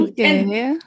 Okay